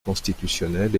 constitutionnel